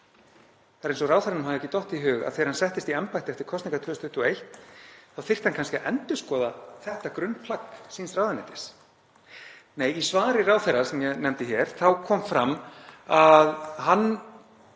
Það er eins og ráðherranum hafi ekki dottið í hug þegar hann settist í embætti eftir kosningar 2021 að hann þyrfti kannski að endurskoða þetta grunnplagg síns ráðuneytis. Í svari ráðherra sem ég nefndi hér kom fram að hann